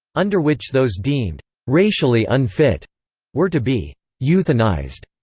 under which those deemed racially unfit were to be euthanised.